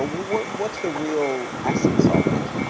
ah what's what's the real essence ah of it?